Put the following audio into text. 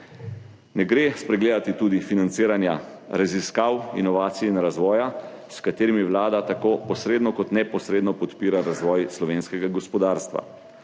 Ne gre spregledati tudi financiranja raziskav, inovacij in razvoja, s katerimi Vlada tako posredno kot neposredno podpira razvoj slovenskega gospodarstva.